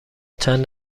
چند